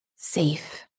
Safe